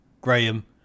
Graham